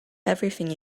everything